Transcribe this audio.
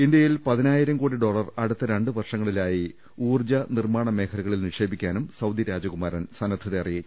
ഇന്ത്യയിൽ പതിനായിരംകോടി ഡോളർ അടുത്ത രണ്ട് വർഷങ്ങളായി ഊർജ്ജ നിർമാണ മേഖലകളിൽ നിക്ഷേപിക്കാനും സൌദി രാജകുമാരൻ സന്നദ്ധത അറിയിച്ചു